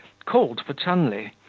called for tunley,